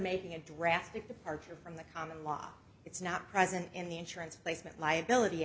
making a drastic apart from the common law it's not present in the insurance placement liability